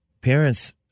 parents